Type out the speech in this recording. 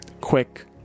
quick